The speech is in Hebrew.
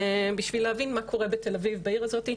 בשביל להבין מה קורה בתל-אביב בעיר הזאת,